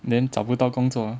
then 找不到工作